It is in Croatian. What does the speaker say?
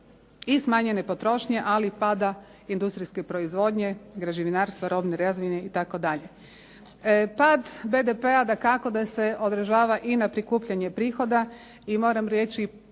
i smanjene potrošnje, ali i pada industrijske proizvodnje, građevinarstva, robne razmjene itd. Pad BDP-a dakako da se odražava i na prikupljanje prihoda i moram reći,